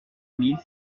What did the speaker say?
mille